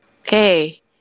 Okay